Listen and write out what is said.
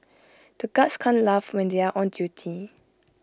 the guards can't laugh when they are on duty